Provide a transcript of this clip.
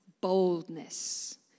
boldness